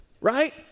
Right